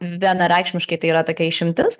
vienareikšmiškai tai yra tokia išimtis